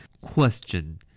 Question